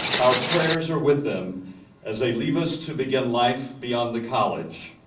our prayers are with them as they leave us to begin life beyond the college.